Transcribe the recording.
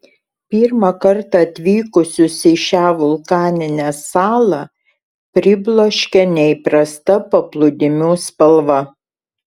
pirmą kartą atvykusius į šią vulkaninę salą pribloškia neįprasta paplūdimių spalva